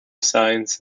science